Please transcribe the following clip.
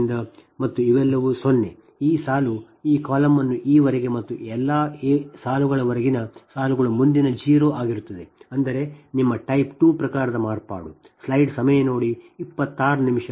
ಆದ್ದರಿಂದ ಮತ್ತು ಇವೆಲ್ಲವೂ 0 ಈ ಸಾಲು ಈ ಕಾಲಮ್ ಅನ್ನು ಈ ವರೆಗೆ ಮತ್ತು ಈ ಎಲ್ಲಾ ಸಾಲುಗಳವರೆಗಿನ ಸಾಲುಗಳು ಮುಂದಿನ 0 ಆಗಿರುತ್ತದೆ ಎಂದರೆ ನಿಮ್ಮ ಟೈಪ್ 2 ಪ್ರಕಾರದ ಮಾರ್ಪಾಡು